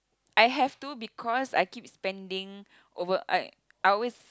I have to because I keep spending over I I always